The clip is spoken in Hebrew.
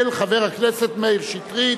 של חבר הכנסת מאיר שטרית.